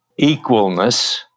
equalness